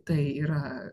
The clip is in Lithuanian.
tai yra